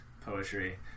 poetry